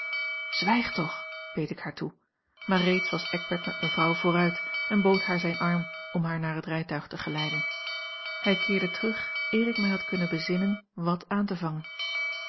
zwijg toch beet ik haar toe maar reeds was eckbert met mevrouw vooruit en bood haar zijn arm om haar naar het rijtuig te geleiden hij keerde terug eer ik mij had kunnen bezinnen wat aan te vangen